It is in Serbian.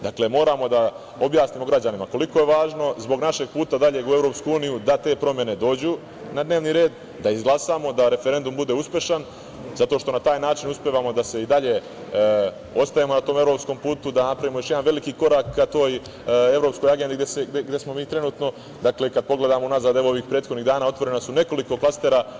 Dakle, moramo da objasnimo građanima koliko je važno zbog našeg daljeg puta u EU da te promene dođu na dnevni red, da izglasamo da referendum bude uspešan, zato što na taj način uspevamo da i dalje ostajemo na tom evropskom putu, da napravimo još jedan veliki korak ka toj evropskoj agendi gde smo mi trenutno, kad pogledamo u nazad, evo ovih prethodnih dana, otvoreno je nekoliko klastera.